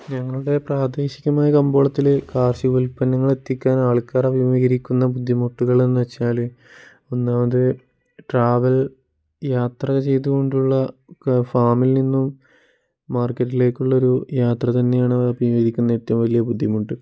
ഞങ്ങളുടെ പ്രാദേശികമായ കമ്പോളത്തിൽ കാർഷിക ഉൽപ്പന്നങ്ങൾ എത്തിക്കാൻ ആൾക്കാർ അഭിമുഖീകരിക്കുന്ന ബുദ്ധിമുട്ടുകളെന്നു വെച്ചാൽ ഒന്നാമത് ട്രാവൽ യാത്ര ചെയ്തുകൊണ്ടുള്ള ഫാമിൽ നിന്നും മാർക്കറ്റിലേക്കുള്ളൊരു യാത്ര തന്നെയാണ് അഭിമുഖീകരിക്കുന്ന ഏറ്റവും വലിയ ബുദ്ധിമുട്ട്